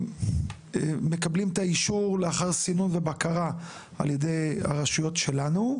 שמקבלים את האישור לאחר סינון ובקרה על ידי הרשויות שלנו.